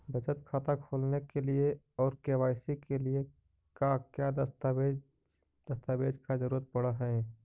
बचत खाता खोलने के लिए और के.वाई.सी के लिए का क्या दस्तावेज़ दस्तावेज़ का जरूरत पड़ हैं?